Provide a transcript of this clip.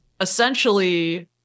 essentially